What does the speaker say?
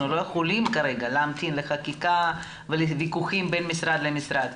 אנחנו לא יכולים כרגע להמתין לחקיקה ולוויכוחים בין משרד למשרד.